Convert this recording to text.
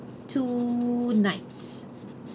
two nights